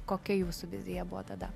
kokia jūsų vizija buvo tada